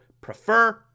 prefer